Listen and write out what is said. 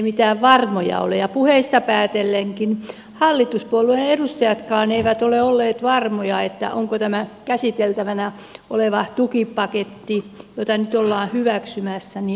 mitään varmoja takeita ei ole ja puheista päätellenkin hallituspuolueen edustajatkaan eivät ole olleet varmoja onko tämä käsiteltävänä oleva tukipaketti jota nyt ollaan hyväksymässä oikea vaihtoehto